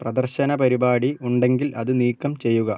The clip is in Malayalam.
പ്രദർശന പരിപാടി ഉണ്ടെങ്കിൽ അത് നീക്കം ചെയ്യുക